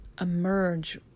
emerge